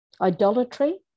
Idolatry